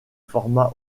format